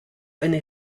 eine